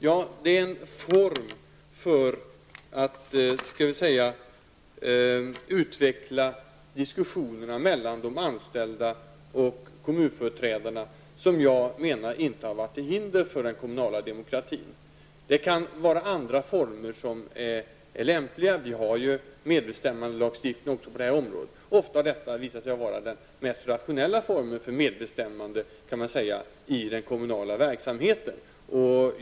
Jag menar att det är en form för att utveckla diskussionerna mellan de anställda och kommunföreträdarna som inte har varit till hinder för den kommunala demokratin. Det kan finnas andra former som är lämpliga. Vi har ju medbestämmandelagstiftningen också på detta område. Detta -- kan man säga -- har ofta visat sig vara den mest rationella formen för medbestämmande i den kommunala verksamheten.